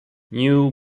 new